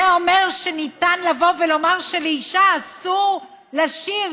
זה אומר שניתן לבוא ולומר שלאישה אסור לשיר,